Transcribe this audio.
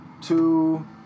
two